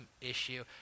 issue